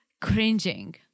cringing